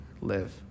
live